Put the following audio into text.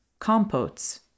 compotes